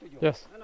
yes